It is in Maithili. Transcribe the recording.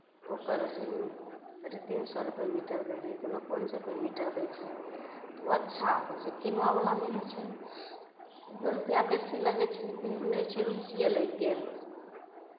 तऽ ओकर साढ़े तीन सए रुपैए मीटर दै छै कोनो पाँच सए रुपैए मीटर दै छै तऽ ओ अच्छा होइ छै किनुआवलामे ई होइ छै दू रुपैआ बेसी लगै छै लेकिन नहि छै रुस्सिए लागि गेल